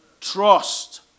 Trust